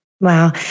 Wow